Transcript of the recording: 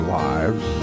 lives